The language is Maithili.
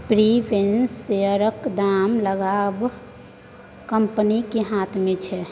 प्रिफरेंस शेयरक दाम लगाएब कंपनीक हाथ मे छै